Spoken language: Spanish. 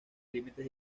límites